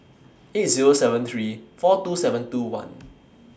eight Zero seven three four two seven two one